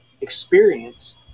experience